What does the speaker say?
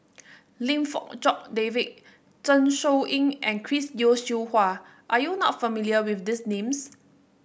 Lim Fong Jock David Zeng Shouyin and Chris Yeo Siew Hua are you not familiar with these names